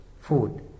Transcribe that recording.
food